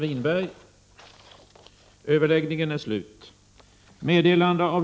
Herr talman!